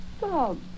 Bob